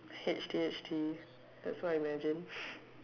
H_T_H_T that's what I imagine